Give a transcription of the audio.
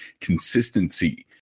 consistency